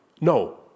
No